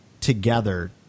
together